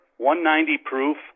190-proof